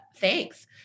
thanks